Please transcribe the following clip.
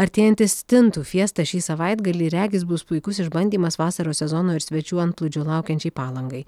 artėjanti stintų fiesta šį savaitgalį regis bus puikus išbandymas vasaros sezono ir svečių antplūdžio laukiančiai palangai